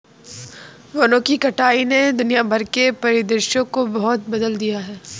वनों की कटाई ने दुनिया भर के परिदृश्य को बहुत बदल दिया है